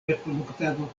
reproduktado